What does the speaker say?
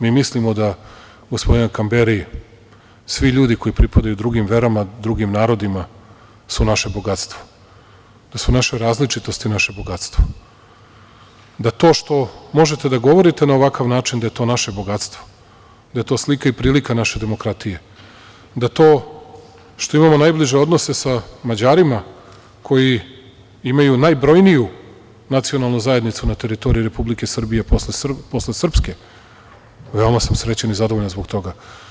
Mi mislimo, gospodine Kamberi, da svi ljudi koji pripadaju drugim verama, drugim narodima su naše bogatstvo, da su naše različitosti naše bogatstvo, da to što možete da govorite na ovakav način je to naše bogatstvo, da je to slika i prilika naše demokratije, da to što imamo najbliže odnose sa Mađarima koji imaju najbrojniju nacionalnu zajednicu na teritoriji Republike Srbije posle Srpske, veoma sam srećan i zadovoljan zbog toga.